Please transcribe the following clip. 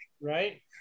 Right